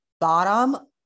bottom